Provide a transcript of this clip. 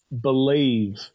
believe